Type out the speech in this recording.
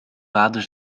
vader